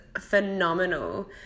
phenomenal